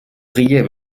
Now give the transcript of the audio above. prier